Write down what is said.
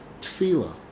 tefillah